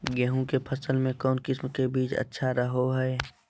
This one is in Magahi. गेहूँ के फसल में कौन किसम के बीज अच्छा रहो हय?